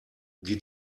die